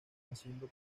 haciendo